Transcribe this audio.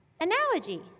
analogy